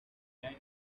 then